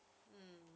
mm